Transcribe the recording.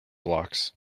blocks